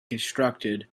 constructed